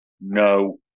no